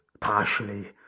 partially